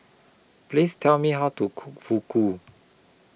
Please Tell Me How to Cook Fugu